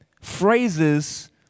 phrases